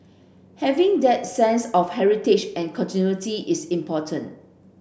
having that sense of heritage and continuity is important